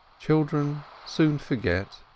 children soon forget.